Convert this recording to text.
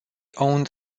owned